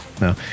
no